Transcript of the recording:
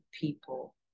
people